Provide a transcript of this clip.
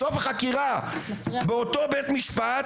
בסוף החקירה באותו בית משפט